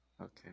okay